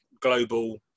global